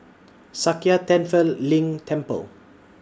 Sakya Tenphel Ling Temple